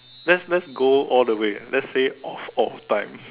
let's let's go all the way let's say of all time